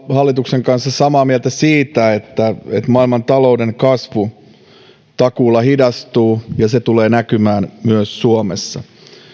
hallituksen kanssa samaa mieltä siitä että maailmantalouden kasvu takuulla hidastuu ja se tulee näkymään myös suomessa